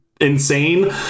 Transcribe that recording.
insane